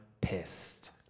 pissed